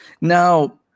Now